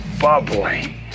bubbling